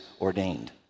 ordained